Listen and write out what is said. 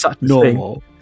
normal